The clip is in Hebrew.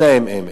אין להן MA,